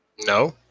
no